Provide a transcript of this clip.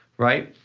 right?